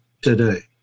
today